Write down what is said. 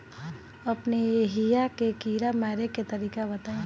अपने एहिहा के कीड़ा मारे के तरीका बताई?